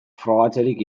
frogatzerik